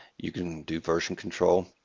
you can do version control.